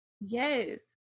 yes